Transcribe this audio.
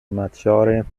maggiore